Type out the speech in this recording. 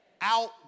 Out